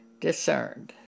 discerned